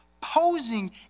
posing